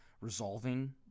resolving